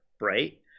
Right